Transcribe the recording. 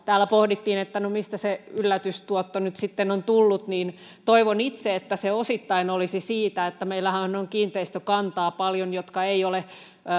täällä pohdittiin että mistä se yllätystuotto nyt sitten on tullut niin toivon itse että se osittain olisi tullut siitä että meillähän on on kiinteistökantaa paljon joka